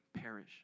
perish